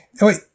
wait